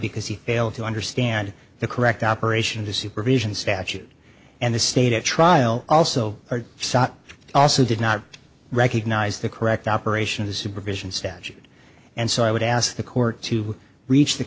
because he failed to understand the correct operation the supervision statute and the state at trial also saat also did not recognize the correct operation the supervision statute and so i would ask the court to reach the